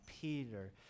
Peter